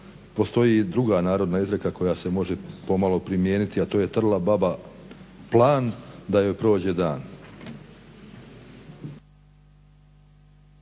postoji druga narodna izreka koja se može pomalo primijeniti a to je "Trla baba plan da joj prođe dan".